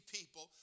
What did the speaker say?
people